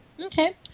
Okay